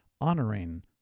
honoring